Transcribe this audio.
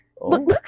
look